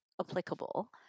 applicable